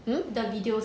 mm